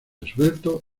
esbelto